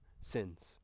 sins